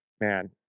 man